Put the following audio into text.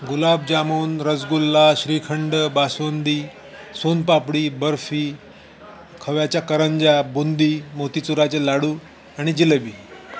गुलाबजामून रसगुल्ला श्रीखंड बासुंदी सोनपापडी बर्फी खव्याच्या करंजा बुंदी मोतीचुराचे लाडू आणि जिलेबी